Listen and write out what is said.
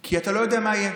כי אתה לא יודע מה יהיה.